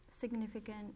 significant